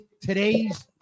today's